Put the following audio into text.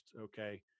okay